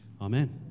Amen